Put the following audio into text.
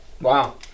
Wow